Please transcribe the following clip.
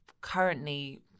currently